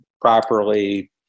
properly